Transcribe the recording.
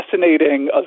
fascinating